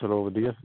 ਚਲੋ ਵਧੀਆ